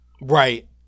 Right